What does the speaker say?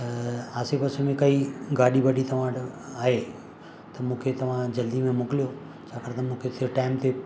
त आसे पासे में कई गाॾी वाॾी तव्हां वटि आहे त मूंखे तव्हां जल्दी में मोकिलो छाकाणि त मूंखे हुते टाइम ते